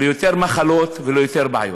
ליותר מחלות וליותר בעיות.